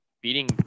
beating